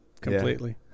completely